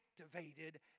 activated